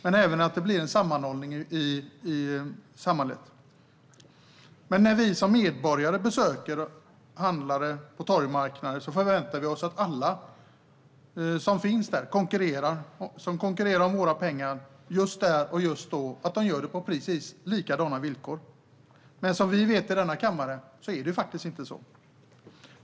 Men det blir även en sammanhållning i samhället. När vi som medborgare besöker handlare på torgmarknader förväntar vi oss att alla som finns där och som konkurrerar om våra pengar just där och just då gör det på precis likadana villkor. Men som vi i denna kammare vet är det faktiskt inte så.